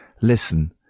Listen